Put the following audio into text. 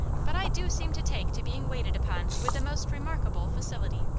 but i do seem to take to being waited upon with the most remarkable facility!